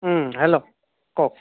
hello কওক